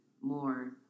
more